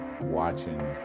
watching